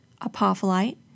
apophyllite